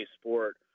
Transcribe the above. Sport